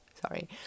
sorry